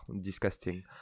disgusting